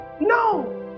No